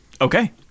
Okay